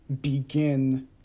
begin